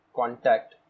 contact